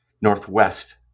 northwest